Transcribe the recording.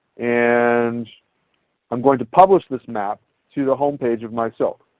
and i'm going to publish this map to the home page of my silk.